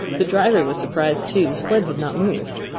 the driver was surprised, too the sled had not moved.